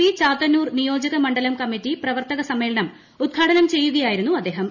P Chathannoor നിയോജക മണ്ഡലം committee പ്രവർത്തക സമ്മേളനം ഉദ്ഘാടനം ചെയ്യുകയായിരുന്നു അദ്ദേഹം